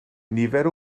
nifer